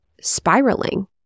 spiraling